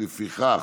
לפיכך,